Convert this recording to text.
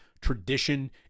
tradition